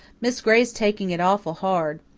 miss gray's taking it awful hard.